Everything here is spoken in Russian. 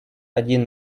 один